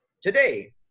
Today